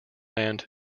land